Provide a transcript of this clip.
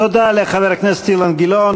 תודה לחבר הכנסת אילן גילאון.